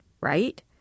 right